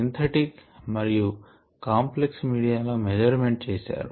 synthetic మరియు complex media లో measurement చేశారు